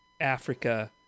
africa